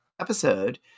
episode